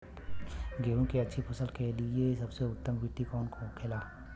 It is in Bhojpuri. गेहूँ की अच्छी फसल के लिए सबसे उत्तम मिट्टी कौन होखे ला?